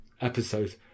episode